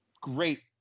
great